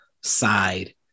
side